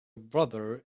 brother